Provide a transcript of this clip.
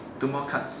two more cards